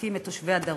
ומחזקים את תושבי הדרום,